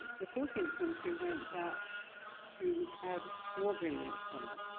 the fourteenth century went back to add more brilliant color,